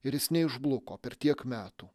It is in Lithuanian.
ir jis neišbluko per tiek metų